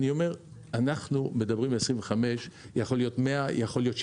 אנחנו מדברים על 25, ויכול להיות שזה 100 או 75,